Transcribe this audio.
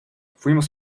fuimos